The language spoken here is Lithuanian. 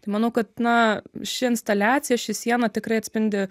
tai manau kad na ši instaliacija ši siena tikrai atspindi